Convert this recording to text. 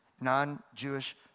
non-Jewish